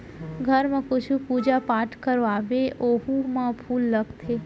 घर म कुछु पूजा पाठ करवाबे ओहू म फूल लागथे